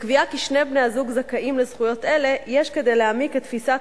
בקביעה ששני בני-הזוג זכאים לזכויות אלה יש כדי להעמיק את תפיסת